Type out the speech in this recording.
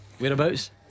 Whereabouts